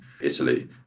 Italy